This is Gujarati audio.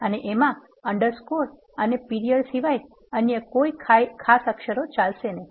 અને એમા અન્ડરસ્કોર અને પ્રિયડ સિવાય અન્ય કોઈ ખાસ અક્ષરો ચાલે નહી